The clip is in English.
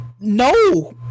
No